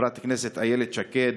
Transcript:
חברת הכנסת איילת שקד,